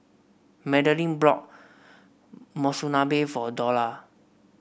Madelene brought Monsunabe for Dorla